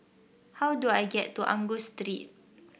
how do I get to Angus Street